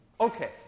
Okay